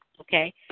okay